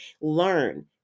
learn